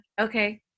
Okay